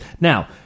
Now